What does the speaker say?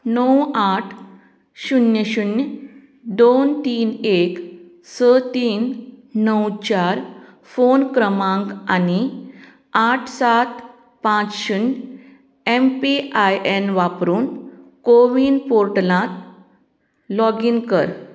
णव आठ शुन्य शुन्य दोन तीन एक स तीन णव चार फोन क्रमांक आनी आठ सात पांच शुन्य एम पी आय एन वापरून कोविन पोर्टलांत लॉगीन कर